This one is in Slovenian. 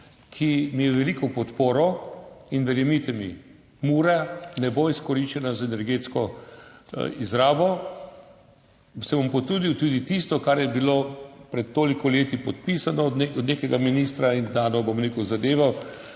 ki mi je v veliko podporo. Verjemite mi, Mura ne bo izkoriščena za energetsko izrabo. Se bom potrudil, tudi za tisto, kar je bilo pred toliko leti podpisano od nekega ministra in dano v uredbo,